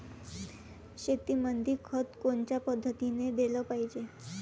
शेतीमंदी खत कोनच्या पद्धतीने देलं पाहिजे?